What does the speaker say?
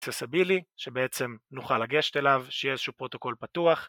שבעצם נוכל לגשת אליו, שיהיה איזשהו פרוטוקול פתוח